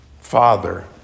Father